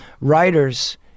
writers